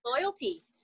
loyalty